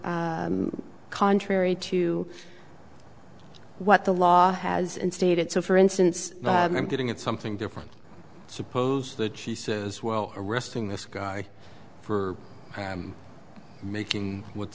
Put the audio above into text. e contrary to what the law has and stated so for instance i'm getting at something different suppose that she says well arresting this guy for i'm making what